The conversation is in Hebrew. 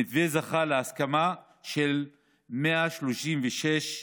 המתווה זכה להסכמה של 136 מדינות.